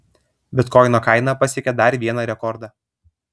bitkoino kaina pasiekė dar vieną rekordą